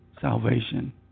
salvation